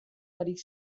barik